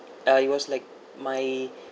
uh it was like my